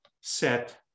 set